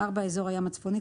אזור הים הצפוני,